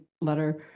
letter